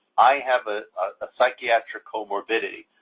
i have a ah psychiatric comorbidity.